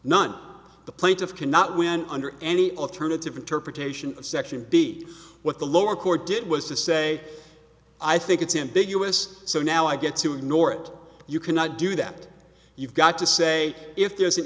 none the plaintiff cannot win under any alternative interpretation section b what the lower court did was to say i think it's in big us so now i get to ignore it you cannot do that you've got to say if there's an